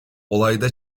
olayda